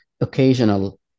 occasional